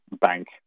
bank